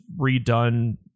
redone